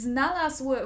Znalazł